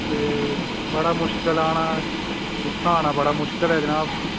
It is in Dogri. ते बड़ा मुशकल आना इत्थां आना बड़ा मुशकल ऐ जनाब